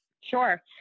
Sure